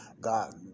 God